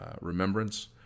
remembrance